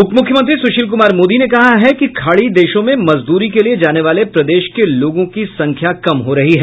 उपमुख्यमंत्री सुशील कुमार मोदी ने कहा है कि खाड़ी देशों में मजदूरी के लिए जाने वाले प्रदेश के लोगों की संख्या कम हो रही है